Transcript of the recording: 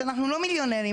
שאנחנו לא מיליונרים,